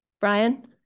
Brian